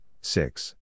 six